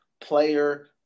player